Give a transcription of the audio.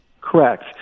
Correct